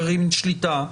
גרעין שליטה,